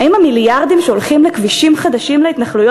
האם המיליארדים שהולכים על כבישים חדשים להתנחלויות